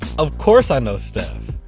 of course i know steph!